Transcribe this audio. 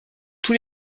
tous